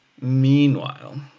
Meanwhile